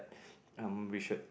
um we should